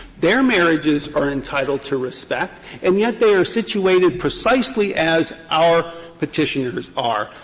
their marriages are entitled to respect, and yet they are situated precisely as our petitioners are.